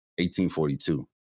1842